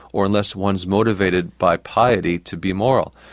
or unless one's motivated by piety to be moral,